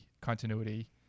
continuity